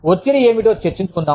ఒత్తిడి ఏమిటో చర్చించుకుందాం